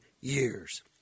years